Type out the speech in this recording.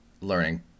learning